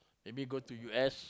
maybe go to U_S